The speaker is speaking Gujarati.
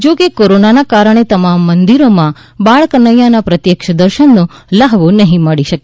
જોકે કોરોનાના કારણે તમામ મંદિરોમાં બાળકનૈયાના પ્રત્યેક્ષ દર્શનનો લ્હાવો નહીં મળી શકે